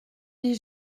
des